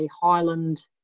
Highland